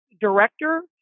director